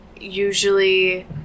usually